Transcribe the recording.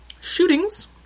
shootings